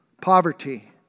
poverty